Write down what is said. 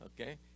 okay